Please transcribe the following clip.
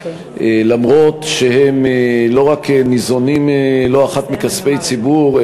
אף שהם לא רק ניזונים לא אחת מכספי ציבור,